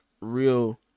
real